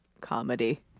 comedy